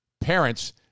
Parents